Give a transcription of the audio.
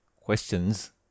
Questions